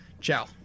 Ciao